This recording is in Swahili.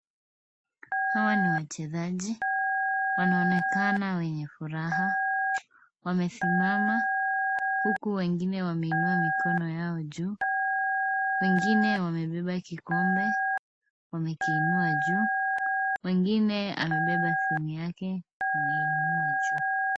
Hawa ni wachezaji. Wanaonekana wenye furaha, wamesimama huku wengine wameinua mikono yao juu. Wengine wamebeba kikombe, wamekiinua juu. Wengine amebeba simu yake, ameiinua juu.